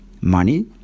money